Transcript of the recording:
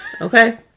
Okay